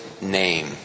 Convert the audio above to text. name